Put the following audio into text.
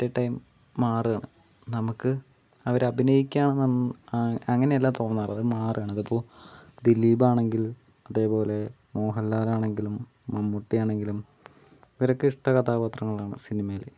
അറ്റെ time മാറുവാണ് നമുക്ക് അവരഭിനയിക്കണെമെന്ന് അങ്ങനല്ല തോന്നാറ് അത് മാറാണ് അതിപ്പോൾ ദിലീപാണെങ്കിൽ അതേപോലെ മോഹൻലാൽ ആണെങ്കിലും മമ്മൂട്ടി ആണെങ്കിലും ഇവരൊക്കെ ഇഷ്ട കഥാപാത്രങ്ങളാണ് സിനിമയിലെ